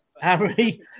Harry